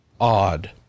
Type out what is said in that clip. odd